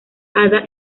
ada